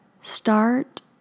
start